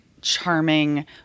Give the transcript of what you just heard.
charming